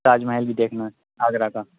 تاج محل بھی دیکھنا ہے آگرہ کا